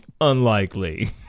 unlikely